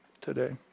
today